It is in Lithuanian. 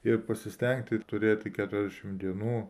ir pasistengti turėti keturiasdešim dienų